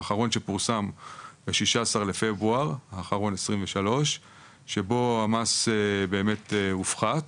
האחרון שפורסם ב-16 לפברואר 23 שבו המס באמת הופחת